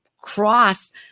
cross